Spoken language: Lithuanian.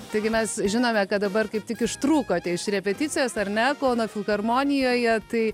taigi mes žinome kad dabar kaip tik ištrūkote iš repeticijos ar ne kauno filharmonijoje tai